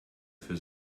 für